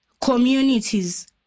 communities